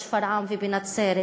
בשפרעם ובנצרת,